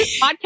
podcast